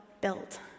built